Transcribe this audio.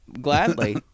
Gladly